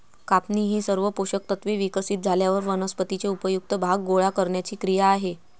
कापणी ही सर्व पोषक तत्त्वे विकसित झाल्यावर वनस्पतीचे उपयुक्त भाग गोळा करण्याची क्रिया आहे